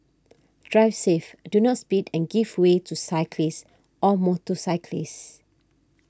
drive safe do not speed and give way to cyclists or motorcyclists